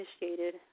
initiated